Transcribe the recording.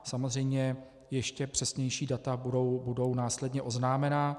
Samozřejmě ještě přesnější data budou následně oznámena.